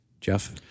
Jeff